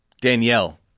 Danielle